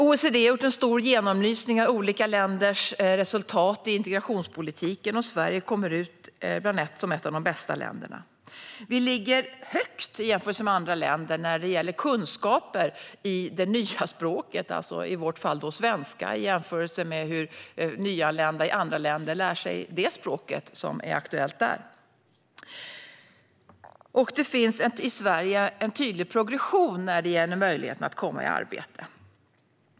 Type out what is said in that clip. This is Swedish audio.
OECD har gjort en stor genomlysning av olika länders resultat i integrationspolitiken, och Sverige är ett av de bästa länderna. Vi ligger högt vad gäller kunskaper i det nya språket, i vårt fall svenska, i jämförelse med kunskaper i det nya språket i andra länder. I Sverige finns det också en tydlig progression vad gäller möjligheten att komma i arbete.